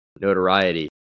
notoriety